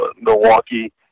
Milwaukee